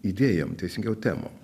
idėjom teisingiau temom